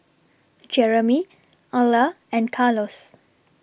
Jeremy Alla and Carlos